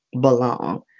belong